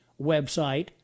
website